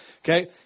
Okay